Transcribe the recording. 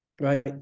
Right